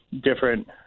different